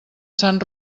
sant